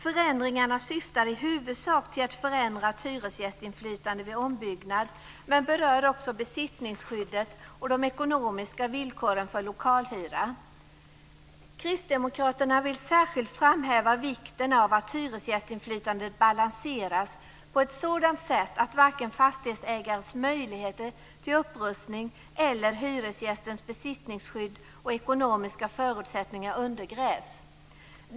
Förändringarna syftar i huvudsak till ett förändrat hyresgästinflytande vid ombyggnad, men berör också besittningsskyddet och de ekonomiska villkoren för lokalhyra. Kristdemokraterna vill här särskilt framhäva vikten av att hyresgästinflytandet balanseras på ett sådant sätt att varken fastighetsägares möjligheter till upprustning eller hyresgästens besittningsskydd och ekonomiska förutsättningar undergrävs.